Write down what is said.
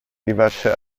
diverse